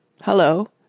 Hello